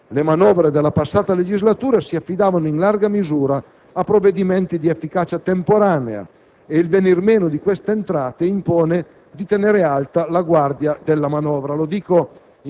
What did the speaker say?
Le manovre della passata legislatura si affidavano in larga misura a provvedimenti di efficacia temporanea e il venir meno di queste entrate impone di tenere alta la guardia della manovra.